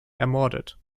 ermordet